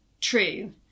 true